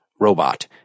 robot